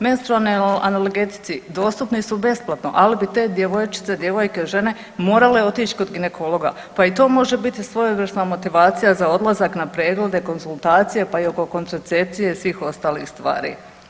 Menstrualni analgetici dostupni su besplatno ali bi te djevojčice, djevojke, žene morale otići kod ginekologa pa i to može biti svojevrsna motivacija za odlazak na preglede, konzultacije, pa i oko kontracepcije i svih ostalih stvari.